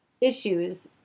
issues